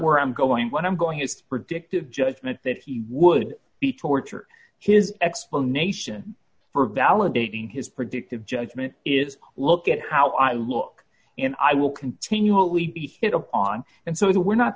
where i'm going when i'm going to predictive judgment that he would be tortured his explanation for validating his predictive judgment is look at how i look and i will continually be hit upon and so we're not